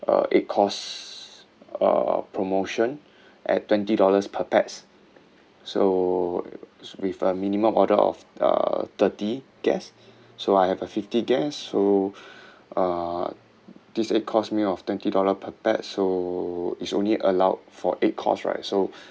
uh eight course uh promotion at twenty dollars per pax so with a minimum order of uh thirty guest so I have a fifty guest so uh this eight course meal of twenty dollar per pax so is only allowed for eight course right so